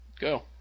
Go